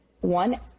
one